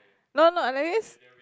no no no